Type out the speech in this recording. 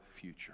future